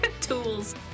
tools